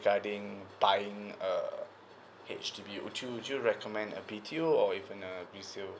regarding buying a H_D_B would you would you recommend a B_T_O or even uh resale